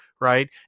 right